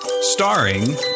starring